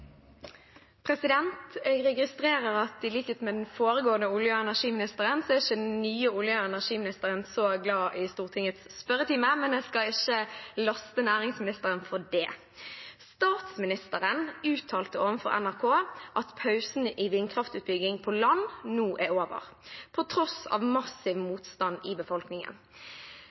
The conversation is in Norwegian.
registrerer at i likhet med den forrige olje- og energiministeren er ikke den nye olje- og energiministeren så glad i Stortingets spørretime, men jeg skal ikke laste næringsministeren for det. Spørsmålet lyder: «Statsministeren uttalte overfor NRK at pausen i vindkraftutbygging på land nå er over, på tross av massiv motstand i